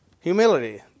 Humility